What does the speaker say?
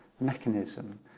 mechanism